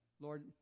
Lord